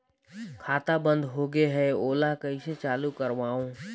खाता बन्द होगे है ओला कइसे चालू करवाओ?